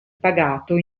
pagato